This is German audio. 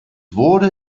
wurde